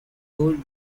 gold